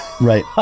right